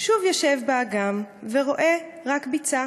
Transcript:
/ שוב יושב באגם ורואה רק ביצה.